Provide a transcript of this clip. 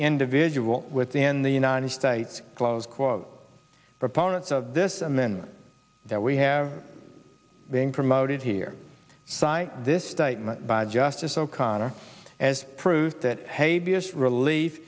individual within the united states close quote proponents of this amendment that we have being promoted here this statement by justice o'connor as proof that hey